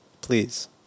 please